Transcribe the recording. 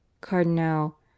Cardinal